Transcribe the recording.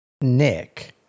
Nick